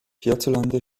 hierzulande